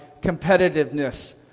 competitiveness